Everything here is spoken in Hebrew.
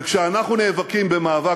וכשאנחנו נאבקים מאבק,